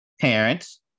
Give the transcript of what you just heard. parents